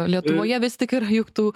lietuvoje vis tik yra juk tų